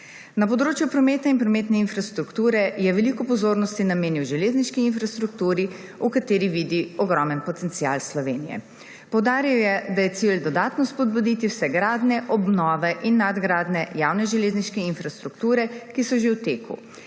Na področju prometa in prometne infrastrukture je veliko pozornosti namenil železniški infrastrukturi, v kateri vidi ogromen potencial Slovenije. Poudaril je, da je cilj dodatno spodbuditi vse gradnje, obnove in nadgradnje javne železniške infrastrukture, ki so že v teku.